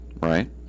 right